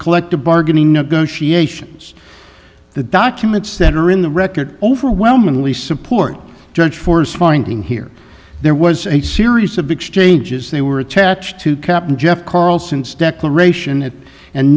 collective bargaining negotiations the documents that are in the record overwhelmingly support judge force finding here there was a series of exchanges they were attached to captain jeff carlson's declaration